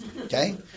Okay